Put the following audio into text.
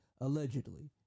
allegedly